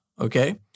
Okay